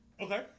okay